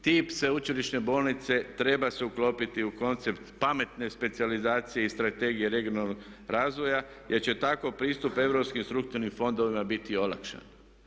Tip sveučilišne bolnice treba se uklopiti u koncept pametne specijalizacije i strategije regionalnog razvoja jer će tako pristup europskim strukturnim fondovima biti olakšan.